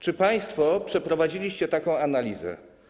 Czy państwo przeprowadziliście taką analizę?